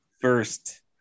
first